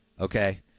Okay